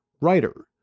writer